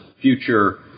future